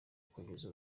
kugeza